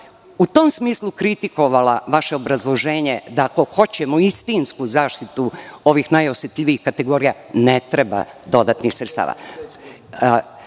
u tom smislu kritikovala vaše obrazloženje, da ako hoćemo istinsku zaštitu ovih najosetljivijih kategorija, ne treba dodatnih sredstava.U